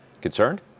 Concerned